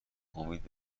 امید